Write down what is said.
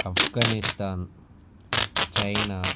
Afghanistan China